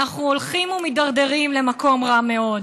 אנחנו הולכים ומידרדרים למקום רע מאוד.